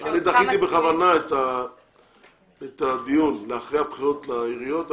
אני דחיתי בכוונה את הדיון לאחר הבחירות לעיריות,